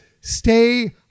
stay